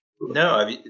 No